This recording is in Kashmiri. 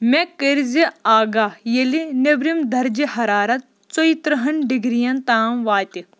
مےٚ کٔرۍزِ آگاہ ییٚلہِ نیٚبرِم دَرجہِ حرارت ژوٚیہِ تٕرٛہَن ڈِگرِیَن تام واتہِ